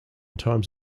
times